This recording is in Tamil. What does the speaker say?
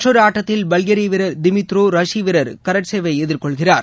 மற்றொரு ஆட்டத்தில் பல்கேரிய வீரர் திமித்ரோ ரஷ்ய வீரர் கரட்சேவ் ஐ எதிர்கொள்கிறார்